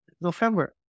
November